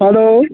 hello